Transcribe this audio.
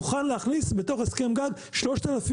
'אני מוכן להכניס בתוך הסכם הגג 3,000